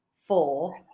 four